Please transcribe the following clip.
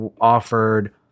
offered